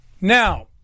Now